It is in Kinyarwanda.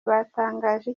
batangaje